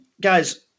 guys